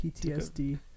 PTSD